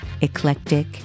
eclectic